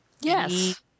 Yes